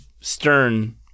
Stern